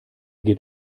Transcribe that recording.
geht